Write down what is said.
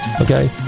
Okay